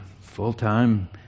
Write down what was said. full-time